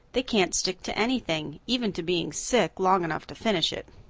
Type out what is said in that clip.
they can't stick to anything, even to being sick, long enough to finish it.